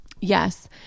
yes